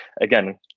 again